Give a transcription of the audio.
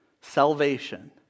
salvation